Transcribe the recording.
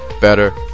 better